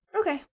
Okay